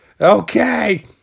Okay